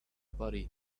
body